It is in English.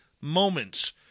moments